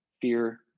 Fear